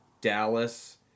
Dallas